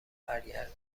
برگرده